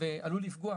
ועלול לפגוע